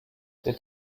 der